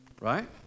right